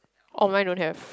oh mine don't have